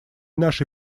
нашей